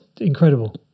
incredible